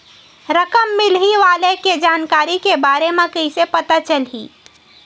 रकम मिलही वाले के जानकारी के बारे मा कइसे पता चलही?